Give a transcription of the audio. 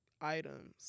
items